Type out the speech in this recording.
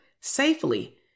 Safely